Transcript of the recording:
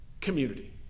community